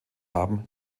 haben